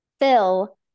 fill